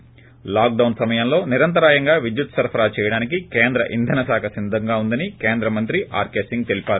ి లాక్డౌన్ సమయంలో నిరంతరాయంగా విద్యుత్ సరఫరా చేయడానికి కేంద్ర ఇంధన శాఖ సిద్దంగా ఉందని కేంద్రమంత్రి ఆర్కే సింగ్ తెలిపారు